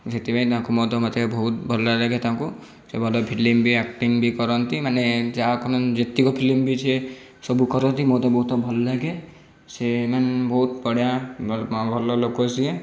ସେଥିପାଇଁ ତାଙ୍କୁ ମଧ୍ୟ ମୋତେ ବହୁତ ଭଲ ଲାଗେ ତାଙ୍କୁ ସେ ଭଲ ଫିଲ୍ମ ଆକ୍ଟିଂ ବି କରନ୍ତି ମାନେ ଯାହା ଯେତିକ ଫିଲ୍ମ ବି ସେ ସବୁ କରନ୍ତି ମୋତେ ବହୁତ ଭଲ ଲାଗେ ସେ ମାନେ ବହୁତ ବଢ଼ିଆ ଭଲ ଲୋକ ସିଏ